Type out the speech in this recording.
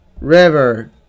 River